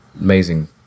amazing